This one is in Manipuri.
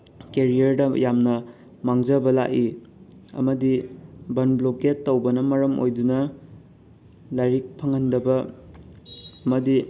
ꯀꯦꯔꯤꯌꯔꯗ ꯌꯥꯝꯅ ꯃꯥꯡꯖꯕ ꯂꯥꯛꯏ ꯑꯃꯗꯤ ꯕꯟ ꯕ꯭ꯂꯣꯀꯦꯠ ꯇꯧꯕꯅ ꯃꯔꯝ ꯑꯣꯏꯗꯨꯅ ꯂꯥꯏꯔꯤꯛ ꯐꯪꯍꯟꯗꯕ ꯑꯃꯗꯤ